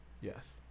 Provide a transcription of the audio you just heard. Yes